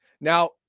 Now